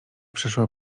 przeszła